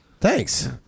Thanks